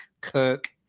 Kirk